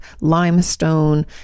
limestone